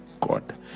god